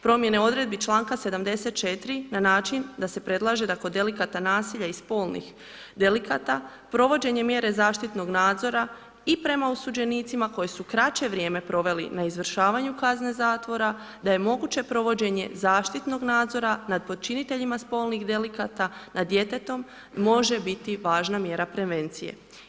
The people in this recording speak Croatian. Promjene odredbi članka 74. na način da se predlaže da kod delikata nasilja i spolnih delikata provođenje mjere zaštitnog nadzora i prema osuđenicima koji su kraće vrijeme proveli na izvršavanju kazne zatvora da je moguće provođenje zaštitnog nadzora nad počiniteljima spolnih delikata, nad djetetom može biti važna mjera prevencije.